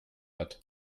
hat